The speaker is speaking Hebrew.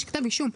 יש כתב אישום.